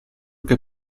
che